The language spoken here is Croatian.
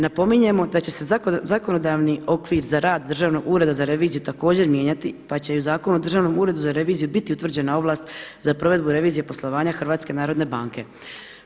Napominjemo da će se zakonodavni okvir za rad Državnog ureda za reviziju također mijenjati pa će i u Zakonu o Državnom uredu za reviziju biti utvrđena ovlast za provedbu revizije poslovanja HNB-a.